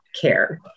care